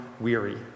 weary